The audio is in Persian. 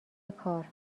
کار